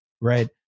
right